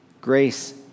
Grace